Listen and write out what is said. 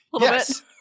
Yes